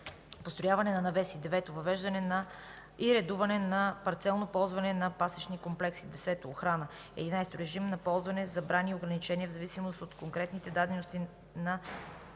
построяване на навеси; 9. въвеждане и редуване на парцелно ползване на пасищни комплекси; 10. охрана; 11. режим на ползване, забрани и ограничения в зависимост от конкретните дадености на